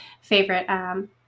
favorite